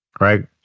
right